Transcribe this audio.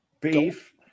beef